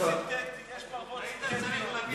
יש פרוות סינתטיות.